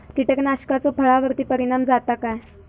कीटकनाशकाचो फळावर्ती परिणाम जाता काय?